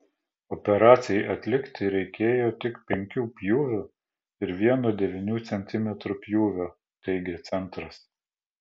operacijai atlikti reikėjo tik penkių pjūvių ir vieno devynių centimetrų pjūvio teigia centras